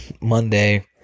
Monday